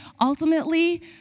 ultimately